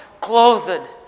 clothed